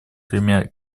тремя